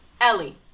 ellie